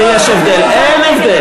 שיש הבדל.